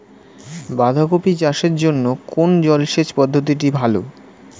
বাঁধাকপি চাষের জন্য কোন জলসেচ পদ্ধতিটি ভালো?